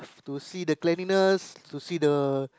to see the cleanliness to see the